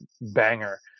banger